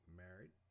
married